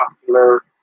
popular